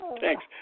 Thanks